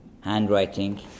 handwriting